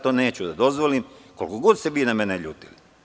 To neću da dozvolim, koliko god se vi na mene ljutili.